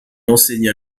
enseigna